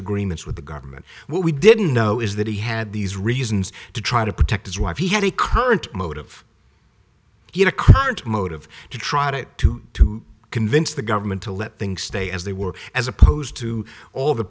agreements with the government what we didn't know is that he had these reasons to try to protect his wife he had a current motive he had a current motive to try to convince the government to let things stay as they were as opposed to all the